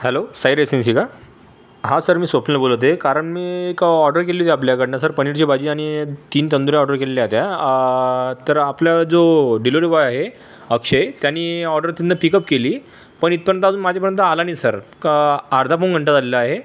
hello Sai residency आहे का हां सर मी स्वप्नील बोलत आहे कारण मी एक ऑर्डर केली होती आपल्याकडनं सर पनीरची भाजी आणि तीन तंदुऱ्या ऑर्डर केलेल्या होत्या तर आपला जो डिलिवरीबॉय आहे अक्षय त्यानी ऑर्डर तिथनं पिकअप केली पण इथपर्यंत अजून माझ्यापर्यंत आला नाही सर का अर्धा पाउण घंटा झालेला आहे